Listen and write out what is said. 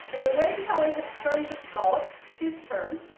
in the way kelly has turned the scallops, his term,